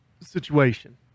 situation